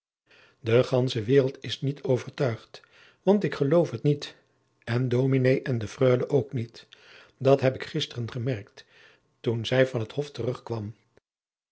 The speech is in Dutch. de gandsche waereld is niet overtuigd want ik geloof het niet en dominé en de freule ook niet dat heb ik gisteren gemerkt toen zij van het hof terugkwam